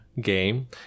game